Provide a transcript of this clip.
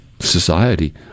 Society